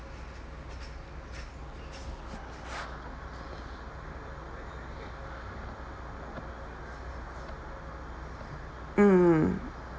mm